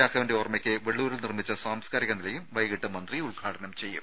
രാഘവന്റെ ഓർമ്മക്ക് വെള്ളൂരിൽ നിർമ്മിച്ച സാംസ്കാരിക നിലയം വൈകീട്ട് മന്ത്രി ഉദ്ഘാടനം ചെയ്യും